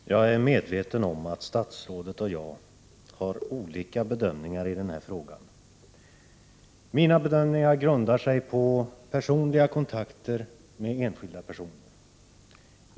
Herr talman! Jag är medveten om att statsrådet och jag gör olika bedömningar av den här frågan. Mina bedömningar grundar sig på personliga kontakter med enskilda personer.